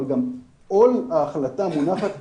אבל גם עול ההחלטה מונח על כתפיהם,